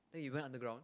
then we went underground